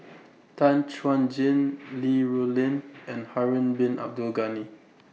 Tan Chuan Jin Li Rulin and Harun Bin Abdul Ghani